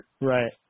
Right